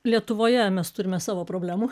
lietuvoje mes turime savo problemų